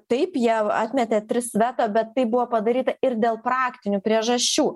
taip jie atmetė tris veto bet tai buvo padaryta ir dėl praktinių priežasčių